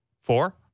four